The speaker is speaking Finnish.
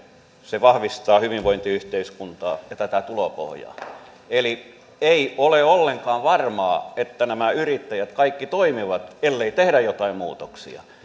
se vahvistaa hyvinvointiyhteiskuntaa ja tätä tulopohjaa eli ei ole ollenkaan varmaa että nämä yrittäjät kaikki toimivat ellei tehdä joitain muutoksia